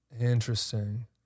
Interesting